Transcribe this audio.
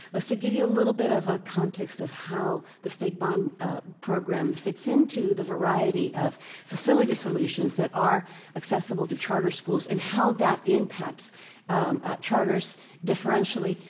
was to give you a little bit of ah context of how the state bond program fits into the variety of facility solutions that are accessible to charter schools and how that impacts charters differentially,